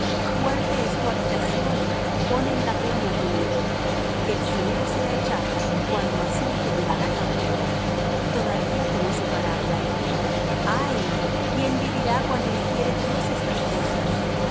fuerte es tu habitación pon en la peña tu nido que el cineo será echado cuando assur te llevará cautivo todavía tomó su parábola y dijo ay quién vivirá cuando hiciere dios estas cosas